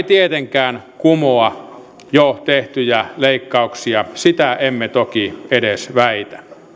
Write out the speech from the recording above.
tietenkään kumoa jo tehtyjä leikkauksia sitä emme toki edes väitä